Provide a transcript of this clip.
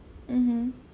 mmhmm